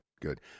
Good